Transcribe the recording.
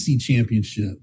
championship